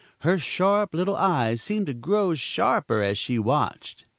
her sharp little eyes seemed to grow sharper as she watched.